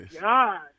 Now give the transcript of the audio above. god